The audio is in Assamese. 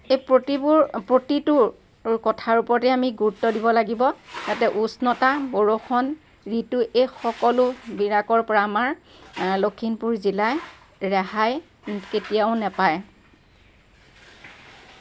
এই প্ৰতিবোৰ প্ৰতিটো কথাৰ ওপৰতে আমি গুৰুত্ব দিব লাগিব যাতে উষ্ণতা বৰষুণ ঋতু এই সকলোবিলাকৰ পৰা আমাৰ লখিমপুৰ জিলাই ৰেহাই কেতিয়াও নেপায়